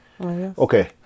Okay